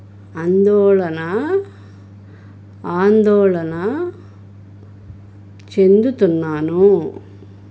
అందోళన ఆందోళన చెందుతున్నాను